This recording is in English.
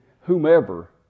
whomever